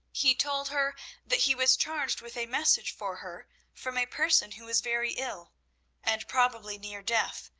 he told her that he was charged with a message for her from a person who was very ill and probably near death,